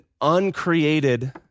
uncreated